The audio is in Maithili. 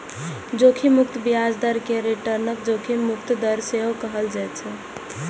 जोखिम मुक्त ब्याज दर कें रिटर्नक जोखिम मुक्त दर सेहो कहल जाइ छै